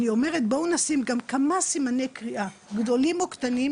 אני אומרת בואו נשים גם כמה סימני קריאה קטנים או גדולים,